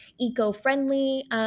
eco-friendly